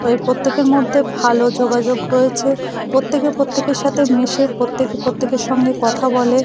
এই প্রত্যেকের মধ্যে ভালো যোগাযোগ রয়েছে প্রত্যেকে প্রত্যেকের সাথে মেশে প্রত্যেকে প্রত্যেকের সঙ্গে কথা বলে